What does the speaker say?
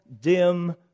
dim